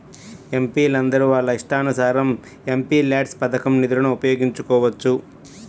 ఎంపీలందరూ వాళ్ళ ఇష్టానుసారం ఎంపీల్యాడ్స్ పథకం నిధులను ఉపయోగించుకోవచ్చు